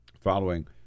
following